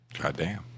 Goddamn